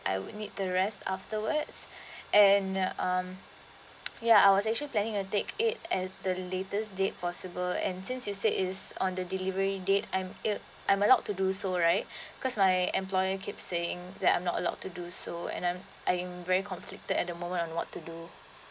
I would need the rest afterwards and um ya I was actually planning to take it at the latest date possible and since you said it's on the delivery date I am allowed to do so right cause my employer keeps saying that I am not allowed to do so and I am very conflicted at the moment on what to do